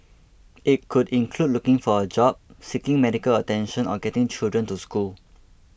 it could include looking for a job seeking medical attention or getting children to school